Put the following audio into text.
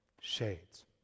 Shades